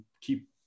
keep